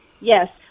Yes